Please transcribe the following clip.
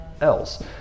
else